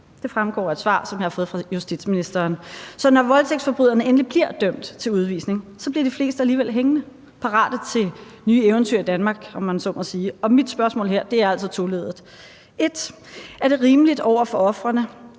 Det fremgår af et svar, som jeg har fået fra justitsministeren. Så når voldtægtsforbryderne endelig bliver dømt til udvisning, bliver de fleste alligevel hængende, parate til nye eventyr i Danmark, om man så må sige, og mit spørgsmål her er altså toleddet: Det ene er, om det er rimeligt over for ofrene,